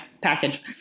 package